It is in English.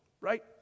Right